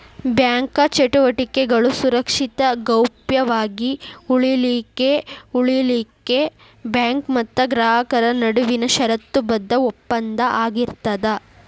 bank ಚಟುವಟಿಕೆಗಳು ಸುರಕ್ಷಿತ ಗೌಪ್ಯ ವಾಗಿ ಉಳಿಲಿಖೆಉಳಿಲಿಕ್ಕೆ ಬ್ಯಾಂಕ್ ಮತ್ತ ಗ್ರಾಹಕರ ನಡುವಿನ ಷರತ್ತುಬದ್ಧ ಒಪ್ಪಂದ ಆಗಿರ್ತದ